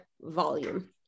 volume